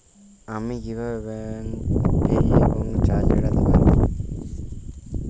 আমি কিভাবে bank fee এবং চার্জ এড়াতে পারি?